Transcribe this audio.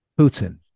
Putin